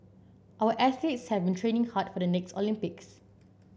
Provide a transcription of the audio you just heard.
our athletes have been training hard for the next Olympics